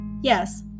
Yes